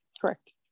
correct